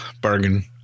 bargain